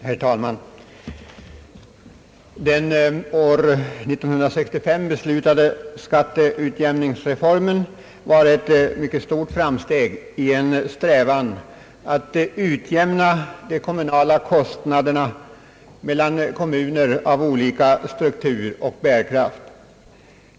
Herr talman! Den år 1965 beslutade skatteutjämningsreformen var ett stort framsteg i en strävan att utjämna de kommunala kostnaderna mellan kommuner av olika struktur och bärkraft.